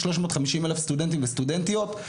350,000 סטודנטים וסטודנטיות.